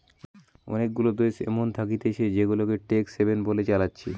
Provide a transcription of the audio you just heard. অনেগুলা দেশ এমন থাকতিছে জেগুলাকে ট্যাক্স হ্যাভেন বলে চালাচ্ছে